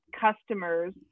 customers